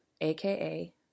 aka